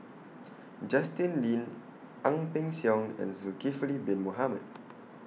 Justin Lean Ang Peng Siong and Zulkifli Bin Mohamed